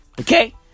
Okay